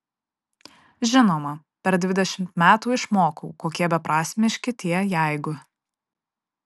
žinoma per dvidešimt metų išmokau kokie beprasmiški tie jeigu